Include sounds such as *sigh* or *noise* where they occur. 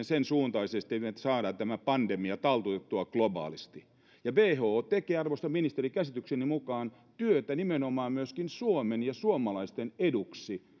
*unintelligible* sen suuntaisesti että saadaan tätä pandemia taltutettua globaalisti ja who tekee arvoisa ministeri käsitykseni mukaan työtä nimenomaan myöskin suomen ja suomalaisten eduksi ja